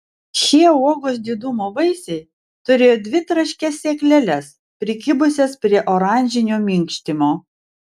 šie uogos didumo vaisiai turėjo dvi traškias sėkleles prikibusias prie oranžinio minkštimo